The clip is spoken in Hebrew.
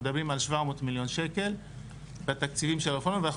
מדברים על 700 מיליון שקלים בתקציבים של הרפורמה ואנחנו